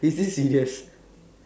is this serious